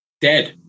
Dead